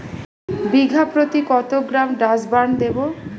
বিঘাপ্রতি কত gram Dursban দেবো?